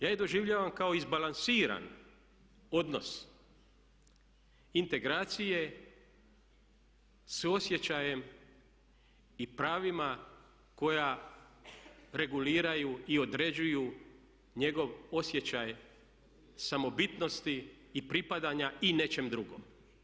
Ja ih doživljavam kao izbalansiran odnos integracije s osjećajem i pravima koja reguliraju i određuju njegov osjećaj samobitnosti i pripadanja i nečem drugom.